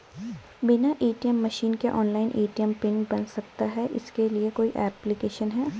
बिना ATM machine के online ATM pin बन सकता है इसके लिए कोई ऐप्लिकेशन है?